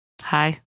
Hi